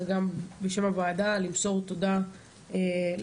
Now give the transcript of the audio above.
בשם הוועדה אני רוצה למסור תודה למשטרה.